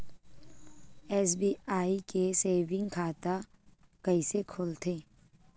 SBI के saving खाता कइसे खोलथे?